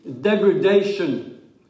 degradation